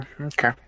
okay